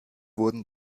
wurden